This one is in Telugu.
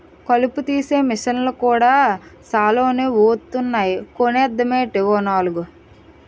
కలుపు తీసే మిసన్లు కూడా సాలానే వొత్తన్నాయ్ కొనేద్దామేటీ ఓ నాలుగు?